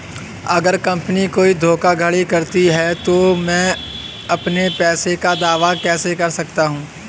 अगर कंपनी कोई धोखाधड़ी करती है तो मैं अपने पैसे का दावा कैसे कर सकता हूं?